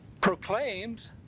proclaimed